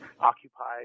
occupied